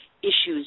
issues